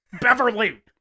Beverly